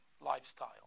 lifestyle